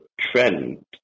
trend